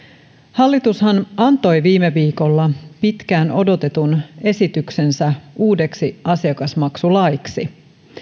hallitushan antoi viime viikolla pitkään odotetun esityksensä uudeksi asiakasmaksulaiksi